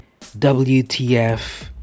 WTF